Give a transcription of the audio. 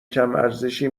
کمارزشی